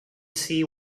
see